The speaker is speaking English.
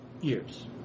years